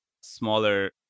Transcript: smaller